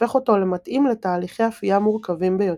הופך אותו למתאים לתהליכי אפייה מורכבים ביותר.